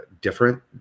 different